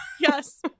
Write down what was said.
Yes